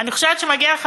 אני חושבת שמגיע לך,